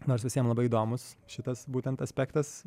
nors visiem labai įdomus šitas būtent aspektas